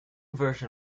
version